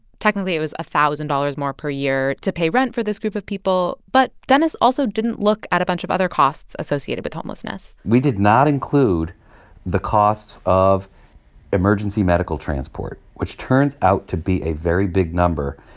technically, it was a thousand dollars more per year to pay rent for this group of people, but dennis also didn't look at a bunch of other costs associated with homelessness we did not include the costs of emergency medical transport, which turns out to be a very big number.